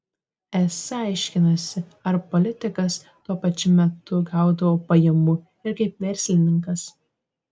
es aiškinasi ar politikas tuo pačiu metu gaudavo pajamų ir kaip verslininkas